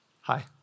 hi